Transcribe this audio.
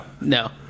No